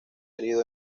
herido